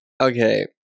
Okay